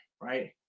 right